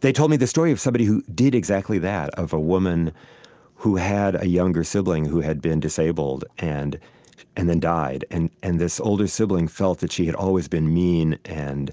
they told me the story of somebody who did exactly that of a woman who had a younger sibling who had been disabled, and and then died. and and this older sibling felt that she had always been mean and